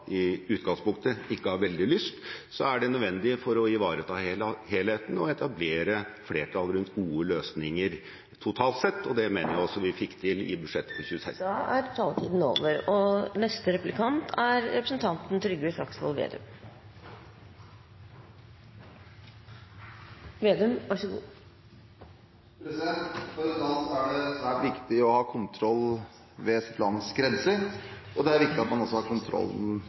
i utgangspunktet ikke har veldig lyst. Så er det nødvendig for å ivareta helheten å etablere flertall rundt gode løsninger totalt sett, og det mener jeg også vi fikk til i budsjettet for 2016. For et land er det svært viktig å ha kontroll ved sitt lands grenser, og det er viktig at man også har kontrollen